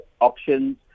options